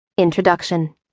Introduction